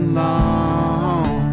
long